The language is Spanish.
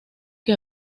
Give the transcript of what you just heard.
que